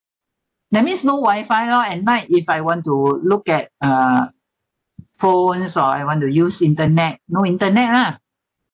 that means no wifi lor at night if I want to look at uh phones or I want to use internet no internet lah